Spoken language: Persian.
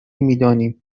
میدانیم